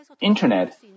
Internet